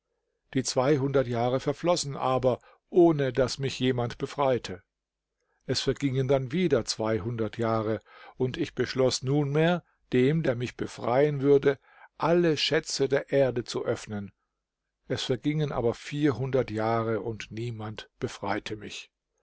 die zweihundert jahre verflossen aber ohne daß mich jemand befreite es vergingen dann wieder jahre und ich beschloß nunmehr dem der mich befreien würde alle schätze der erde zu öffnen es vergingen aber vierhundert jahre und niemand befreite mich